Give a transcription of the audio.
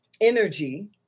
energy